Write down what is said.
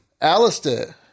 Alistair